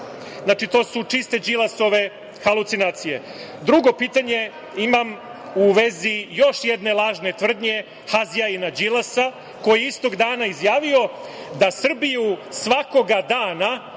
Znači, to su čiste Đilasove halucinacije. Drugo pitanje imam u vezi još jedne lažne tvrdnje hazjajina Đilasa koji je istog dana izjavio da Srbiju svakog dana